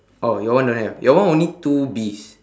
oh your one don't have your one only two bees